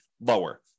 lower